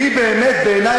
זה סיעות אחרות,